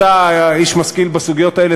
אתה איש משכיל בסוגיות האלה,